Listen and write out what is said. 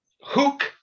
Hook